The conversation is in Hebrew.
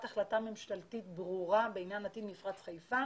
החלטה ממשלתית ברורה בעניין עתיד מפרץ חיפה